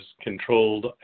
controlled